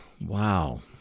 wow